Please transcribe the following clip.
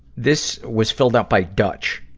this was filled out by dutch,